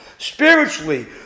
Spiritually